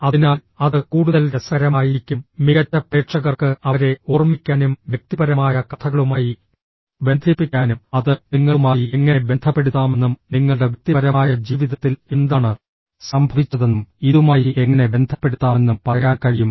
അതിനാൽ അത് കൂടുതൽ രസകരമായിരിക്കും മികച്ച പ്രേക്ഷകർക്ക് അവരെ ഓർമ്മിക്കാനും വ്യക്തിപരമായ കഥകളുമായി ബന്ധിപ്പിക്കാനും അത് നിങ്ങളുമായി എങ്ങനെ ബന്ധപ്പെടുത്താമെന്നും നിങ്ങളുടെ വ്യക്തിപരമായ ജീവിതത്തിൽ എന്താണ് സംഭവിച്ചതെന്നും ഇതുമായി എങ്ങനെ ബന്ധപ്പെടുത്താമെന്നും പറയാൻ കഴിയും